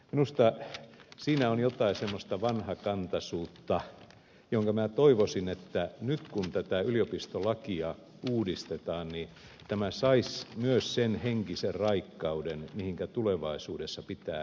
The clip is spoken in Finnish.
minusta siinä on jotain semmoista vanhakantaisuutta jonka osalta minä toivoisin että nyt kun tätä yliopistolakia uudistetaan niin tämä saisi myös sen henkisen raikkauden jolla tulevaisuudessa pitää edetä